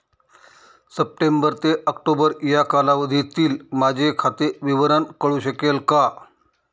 September ते October या कालावधीतील माझे खाते विवरण कळू शकेल का?